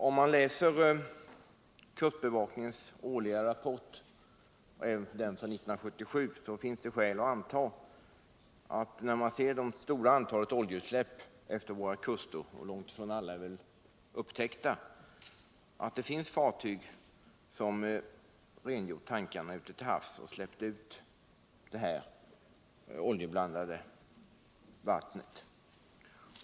Efter läsning av kustbevakningens årsrapport för 1977 och mot bakgrund av det stora antalet oljeutsläpp som gjorts efter våra kuster 23 —- långt ifrån alla är väl upptäckta — finns det skäl att anta att det finns fartyg som rengör tankarna ute till havs och släpper ut oljeblandat vatten.